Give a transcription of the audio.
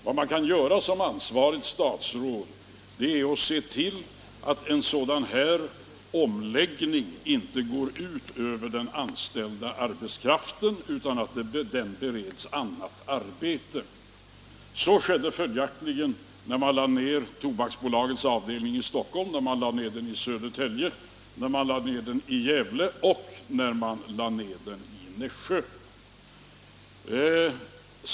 Vad man som ansvarigt statsråd kan göra är att se till att en sådan omläggning inte går ut över den anställda arbetskraften utan att den bereds annat arbete. Så skedde följaktligen när man lade ner Tobaksbolagets avdelningar i Stockholm, i Södertälje, i Gävle och i Nässjö.